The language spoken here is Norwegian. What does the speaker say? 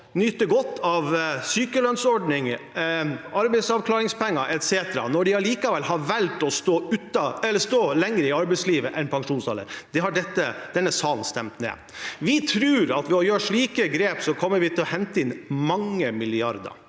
nyte godt av sykelønnsordningen, arbeidsavklaringspenger etc. når de allikevel har valgt å stå len ger i arbeidslivet enn til pensjonsalder. Det har denne salen stemt ned. Vi tror at ved å gjøre slike grep kommer vi til å hente inn mange milliarder